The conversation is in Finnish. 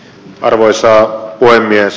arvoisa puhemies